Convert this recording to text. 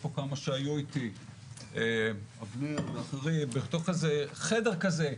חדר כזה.